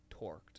torqued